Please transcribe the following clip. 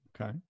Okay